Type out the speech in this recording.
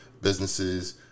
businesses